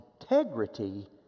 integrity